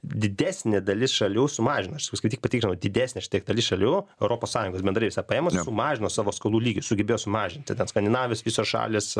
didesnė dalis šalių sumažina aš jau skaityk patikrinau didesnė štai dalis šalių europos sąjungoj bendrai paėmus mažino savo skolų lygį sugebėjo sumažinti tad skandinavijos visos šalys